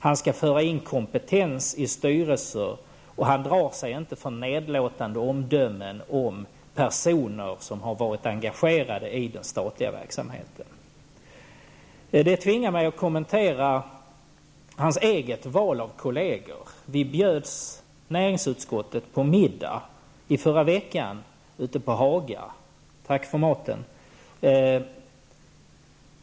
Han skall föra in kompetens i styrelser, och han drar sig inte för nedlåtande omdömen om personer som har varit engagerade i den statliga verksamheten. Detta tvingar mig att kommentera hans eget val av kolleger. Vi i näringsutskottet bjöds i förra veckan på middag ute på Haga -- tack för maten!